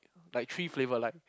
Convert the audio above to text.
like three flavour like